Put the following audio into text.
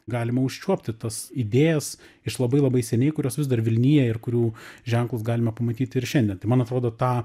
galima užčiuopti tas idėjas iš labai labai seniai kurios vis dar vilnija ir kurių ženklus galime pamatyt ir šiandien tai man atrodo tą